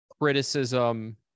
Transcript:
criticism